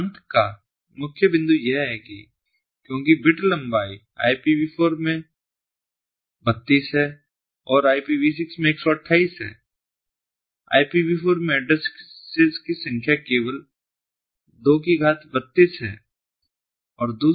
अंतर का मुख्य बिंदु यह है कि क्योंकि बिट लंबाई IPV4 में लंबाई 32 है और IPV6 में 128 है IPV4 में एड्रेस्सेस की संख्या केवल 2 की घात 32 है